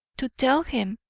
to tell him,